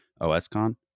OSCon